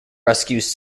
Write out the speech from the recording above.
rescues